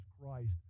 Christ